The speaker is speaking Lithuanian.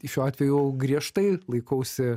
šiuo atveju griežtai laikausi